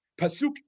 pasuk